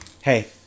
hey